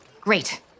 Great